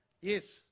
yes